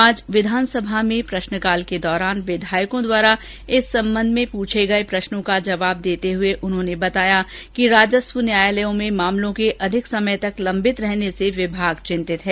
आज विधानसभा में प्रश्नकाल के दौरान विधायकों द्वारा इस सम्बन्ध में पूछे गए प्रक प्रश्नों का जवाब देते हुए उन्होंने कहा कि राजस्व न्यायालयों में मामलों के अधिक समय तक लम्बित रहने से विभाग चिंतित है